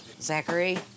Zachary